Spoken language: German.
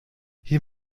hier